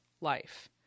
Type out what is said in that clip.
life